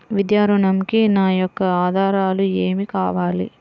విద్యా ఋణంకి నా యొక్క ఆధారాలు ఏమి కావాలి?